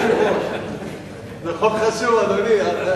זה חוק חשוב, אדוני.